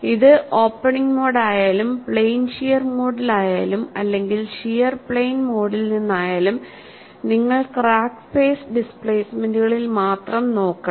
ഇത് opening mode ആയാലും plain shear മോഡിലായാലും അല്ലെങ്കിൽ ഷിയർ പ്ലെയിൻ മോഡിൽ നിന്നായാലും നിങ്ങൾ ക്രാക്ക് ഫെയ്സ് ഡിസ്പ്ലേസ്മെന്റുകളിൽ മാത്രം നോക്കണം